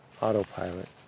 autopilot